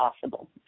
possible